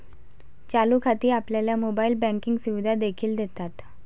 चालू खाती आपल्याला मोबाइल बँकिंग सुविधा देखील देतात